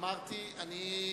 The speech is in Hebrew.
בשביל זה אני שואל.